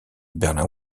berlin